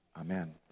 amen